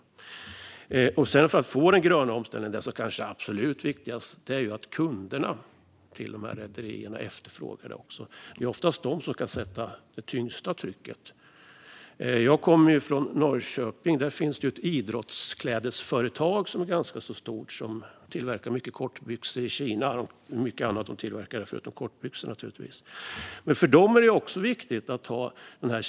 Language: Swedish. Det kanske absolut viktigaste för att få den gröna omställningen är att kunderna till rederierna efterfrågar det. Det är oftast de som ska sätta det tyngsta trycket. Jag kommer från Norrköping. Där finns det ett idrottsklädesföretag som är ganska stort och tillverkar mycket kortbyxor i Kina. De tillverkar naturligtvis också mycket annat där förutom kortbyxor. För dem är det viktigt att ha kedjan.